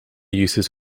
uses